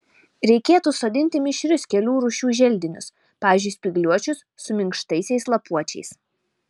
reikėtų sodinti mišrius kelių rūšių želdinius pavyzdžiui spygliuočius su minkštaisiais lapuočiais